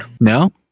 No